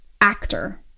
actor